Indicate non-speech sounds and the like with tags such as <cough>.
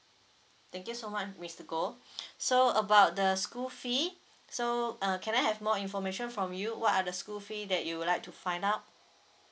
thank you so much mister goh <breath> so about the school fees so uh can I have more information from you what are the school fee that you would like to find out